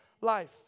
life